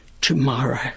tomorrow